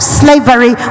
slavery